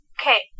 Okay